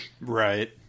Right